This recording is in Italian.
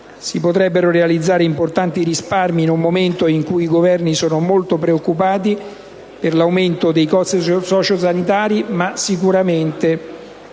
si potrebbero realizzare importanti risparmi in un momento in cui i Governi sono molto preoccupati per l'aumento dei costi sociosanitari; secondo